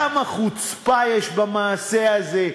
כמה חוצפה יש במעשה הזה,